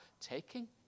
taking